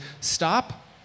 stop